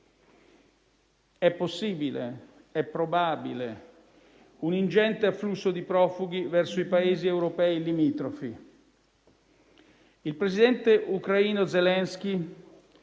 È possibile e probabile un ingente afflusso di profughi verso i Paesi europei limitrofi. Il presidente ucraino Zelensky